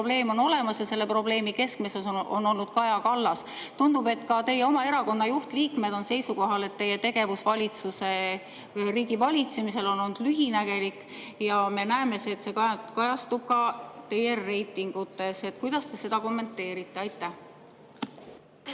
probleem on olemas ja selle probleemi keskmes on olnud Kaja Kallas. Tundub, et ka teie oma erakonna juhtliikmed on seisukohal, et teie tegevus riigi valitsemisel on olnud lühinägelik, ja me näeme, et see kajastub ka teie reitingutes. Kuidas te seda kommenteerite? Aitäh,